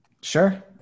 Sure